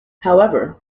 however